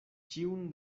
ĉiun